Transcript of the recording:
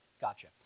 gotcha